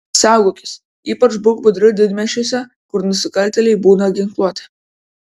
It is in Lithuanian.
saugokis ypač būk budri didmiesčiuose kur nusikaltėliai būna ginkluoti